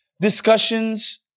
discussions